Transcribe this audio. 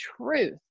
truth